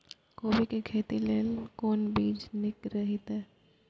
कोबी के खेती लेल कोन बीज निक रहैत?